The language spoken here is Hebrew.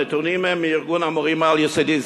הנתונים הם מארגון המורים, העל-יסודי.